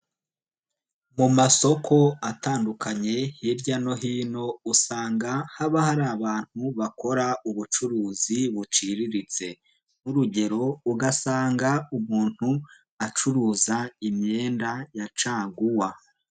Mu masoko atandukanye hirya no hino usanga haba hari abantu bakora ubucuruzi buciriritse, nk'urugero ugasanga umuntu acuruza imyenda ya caguwa.